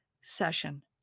session